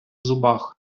зубах